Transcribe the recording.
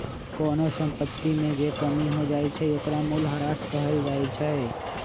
कोनो संपत्ति में जे कमी हो जाई छई ओकरा मूलहरास कहल जाई छई